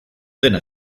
dena